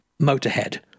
Motorhead